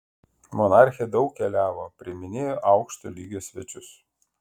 monarchė daug keliavo priiminėjo aukšto lygio svečius